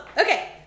Okay